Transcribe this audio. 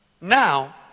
Now